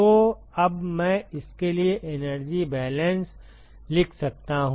तो अब मैं इसके लिए एनर्जी बैलेंस लिख सकता हूं